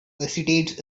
hesitates